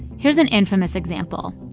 here's an infamous example.